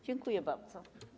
Dziękuję bardzo.